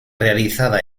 realizada